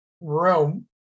room